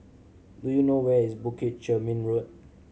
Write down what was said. do you know where is Bukit Chermin Road